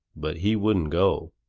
but he wouldn't go.